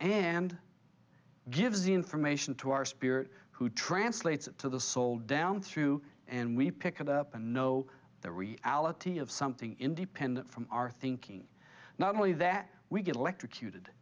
and gives information to our spirit who translates it to the soul down through and we pick it up and know the reality of something independent from our thinking not only that we get electrocuted